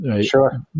sure